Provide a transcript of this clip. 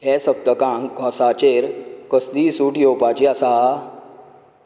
हे सप्तकांत घोंसाचेर कसलीय सूट येवपाची आसा